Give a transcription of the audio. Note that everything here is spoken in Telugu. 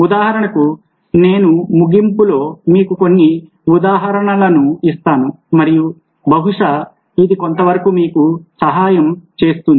ఉదాహరణకు నేను ముగింపులో మీకు కొన్ని ఉదాహరణలను ఇస్తాను మరియు బహుశా అది కొంతవరకు మీకు సహాయం చేస్తుంది